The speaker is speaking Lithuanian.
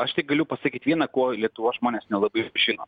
aš tik galiu pasakyt viena ko lietuvos žmonės nelabai žino